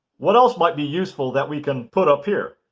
what else might be useful that we can put up here?